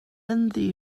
ynddi